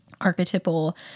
archetypal